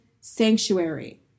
sanctuary